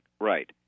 right